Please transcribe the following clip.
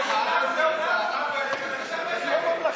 אתם לא ממלכתיים.